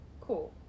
cool